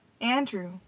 Andrew